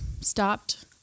stopped